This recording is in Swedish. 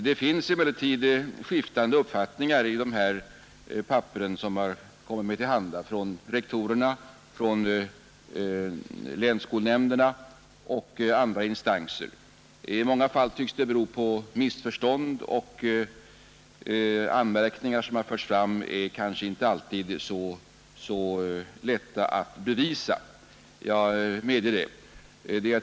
Det finns emellertid skiftande uppfattningar bland rektorerna, länsskolnämnderna och andra instanser enligt de papper som kommit mig till handa. I många fall tycks de anmärkningar som förts fram bero på missförstånd, och jag medger att det kanske inte alltid är så lätt att bevisa riktigheten i dem.